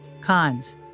Cons